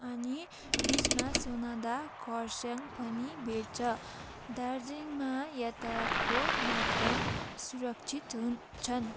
अनि बिचमा सोनादा कर्सियङ पनि भेट्छ दार्जिलिङमा यातायातको माध्यम सुरक्षित हुन्छन्